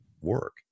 work